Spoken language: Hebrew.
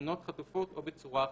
בתמונות חטופות או בצורה אחרת.